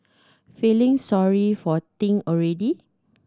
feeling sorry for Ting already